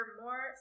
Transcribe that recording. more